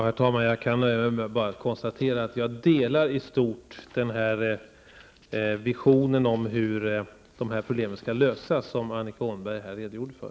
Herr talman! Jag kan bara konstatera att jag i stort delar den vision av hur miljöproblemen skall lösas som Annika Åhnberg här redogjorde för.